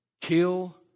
kill